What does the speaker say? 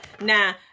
Now